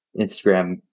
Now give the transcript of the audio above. Instagram